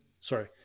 sorry